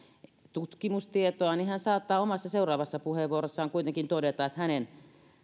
tutkimustietoa niin hän saattaa omassa seuraavassa puheenvuorossaan kuitenkin todeta että hänen